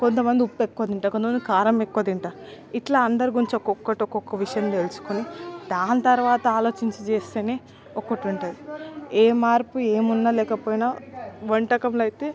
కొంతమంది ఉప్పెక్కువ తింటరు కొంతమంది కారం ఎక్కువ తింటరు ఇట్లా అందరు కొంచెం ఒకొక్కటి ఒకొక్క విషయం దెలుసుకొని దాని తరవాత ఆలోచించి చేస్తేనే ఒకటుంటుంది ఏ మార్పు ఏమున్నా లేకపోయినా వంటకంలో అయితే